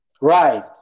Right